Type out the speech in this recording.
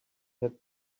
have